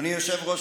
אדוני היושב-ראש,